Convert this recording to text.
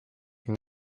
ning